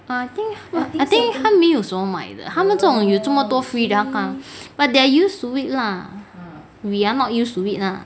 err I think I think 他没有什么买的他们这种有这么多 free 的他干嘛 but they are used to it lah we are not used to it lah